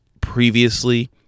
previously